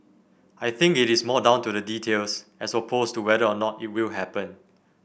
I think it is more down to the details as opposed to whether or not it will happen